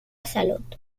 salut